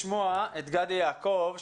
אשמח לשמוע את גדי יעקב,